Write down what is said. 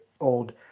old